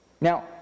Now